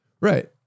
Right